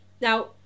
Now